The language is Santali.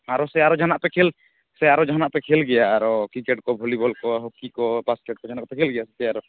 ᱟᱨᱚ ᱥᱮ ᱟᱨᱚ ᱡᱟᱦᱟᱱᱟᱜ ᱯᱮ ᱠᱷᱮᱞ ᱟᱨᱚ ᱡᱟᱦᱟᱱᱟᱜ ᱯᱮ ᱠᱷᱮᱞ ᱜᱮᱭᱟ ᱟᱨᱚ ᱠᱨᱤᱠᱮᱴ ᱠᱚ ᱵᱷᱚᱞᱤ ᱵᱚᱞ ᱠᱚ ᱦᱚᱠᱤ ᱠᱚ ᱵᱟᱥᱠᱮᱴ ᱠᱚ ᱡᱟᱦᱟᱱᱟᱜ ᱯᱮ ᱠᱷᱮᱞ ᱜᱮᱭᱟ ᱥᱮ ᱟᱨᱚ